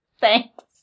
Thanks